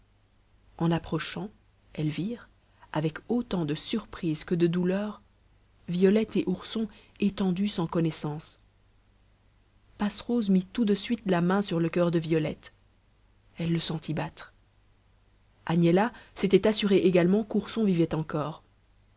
en approchant elles virent avec autant de surprise que de douleur violette et ourson étendus sans connaissance passerose mit tout de suite la main sur le coeur de violette elle le sentit battre agnella s'était assurée également qu'ourson vivait encore